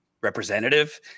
representative